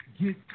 Get